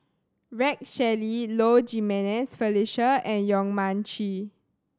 Rex Shelley Low Jimenez Felicia and Yong Mun Chee